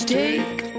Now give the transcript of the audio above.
take